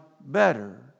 better